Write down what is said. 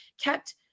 kept